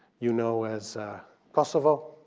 you know as kosovo.